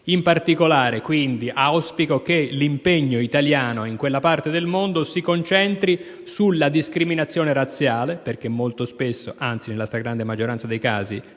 In particolare, auspico che l'impegno italiano in quella parte del mondo si concentri sulla discriminazione razziale - perché molto spesso, anzi nella stragrande maggioranza dei casi,